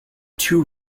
two